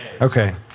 Okay